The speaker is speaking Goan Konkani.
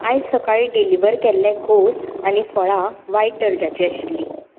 आयज सकाळीं डिलिवर केल्ले घोंस आनी फळां वायट डर्जाचीं आशिल्लीं